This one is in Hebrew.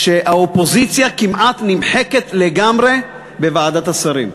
שהאופוזיציה כמעט נמחקת לגמרי בוועדת השרים.